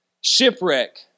shipwreck